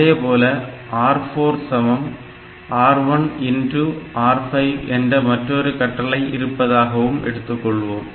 அதேபோல R4 R1R5 என்ற மற்றொரு கட்டளை இருப்பதாகவும் எடுத்துக்கொள்வோம்